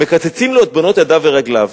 מקצצים לו את בהונות ידיו ורגליו.